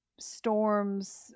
storms